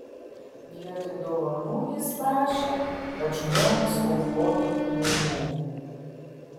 vietoj dovanų jis prašė kad žmonės aukotų pinigų